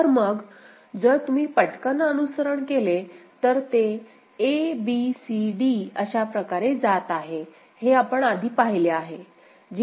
तर मग जर तुम्ही पटकन अनुसरण केले तर ते abcd अशा प्रकारे जात आहे जे आपण आधी पाहिले आहे